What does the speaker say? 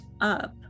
up